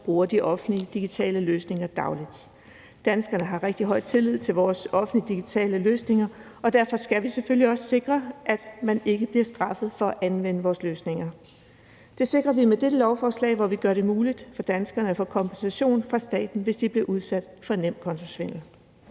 bruger de offentlige digitale løsninger dagligt. Danskerne har en rigtig høj grad af tillid til vores offentlige digitale løsninger, og derfor skal vi selvfølgelig også sikre, at man ikke bliver straffet for at anvende vores løsninger. Det sikrer vi med dette lovforslag, hvor vi gør det muligt for danskerne at få kompensation fra staten, hvis de bliver udsat for nemkontosvindel.